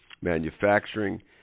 manufacturing